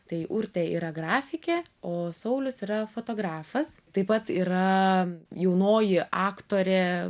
tai urtė yra grafikė o saulius yra fotografas taip pat yra jaunoji aktorė